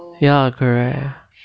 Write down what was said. ya correct